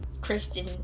Christian